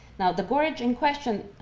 now the gorge in question